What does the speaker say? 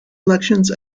elections